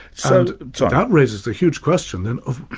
so so that raises the huge question and of,